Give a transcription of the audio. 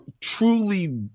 truly